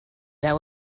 that